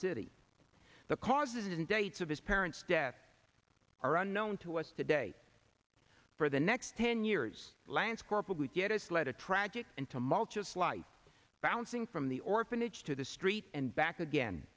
city the causes and dates of his parents death are unknown to us today for the next ten years lance corporal get us led a tragic end to mulch a slice bouncing from the orphanage to the street and back again